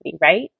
right